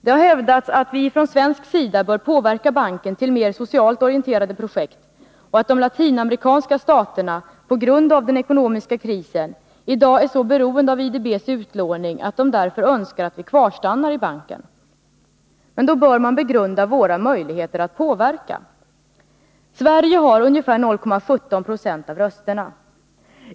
Det har hävdats att vi från svensk sida bör påverka banken mot en inriktning på mer socialt orienterade projekt och att de latinamerikanska staterna på grund av den ekonomiska krisen i dag är så beroende av IDB:s utlåning att de därför önskar att vi kvarstannar i banken. Men då bör man begrunda våra möjligheter att påverka. Sverige har ungefär 0,17 20 av rösterna.